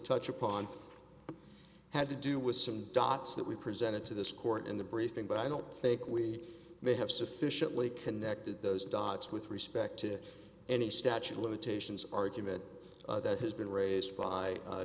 touch upon had to do with some dots that we presented to this court in the briefing but i don't think we may have sufficiently connected those dots with respect to any statute of limitations argument that has been raised by